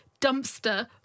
dumpster